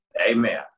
Amen